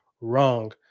wrong